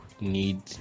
need